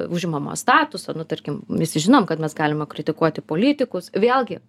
užimamo statuso nu tarkim visi žinom kad mes galime kritikuoti politikus vėlgi